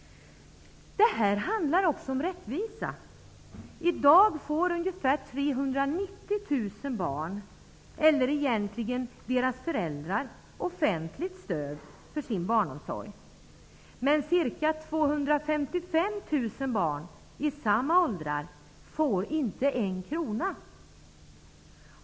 Detta handlar också om rättvisa. I dag får ca 390 000 barn, eller egentligen deras föräldrar, offentligt stöd för sin barnomsorg. Men ca 255 000 barn i samma åldrar får inte en enda krona.